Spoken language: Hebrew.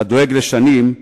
הדואג לשנים,